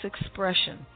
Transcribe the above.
expression